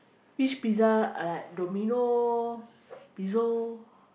which pizza I like Domino Pezzo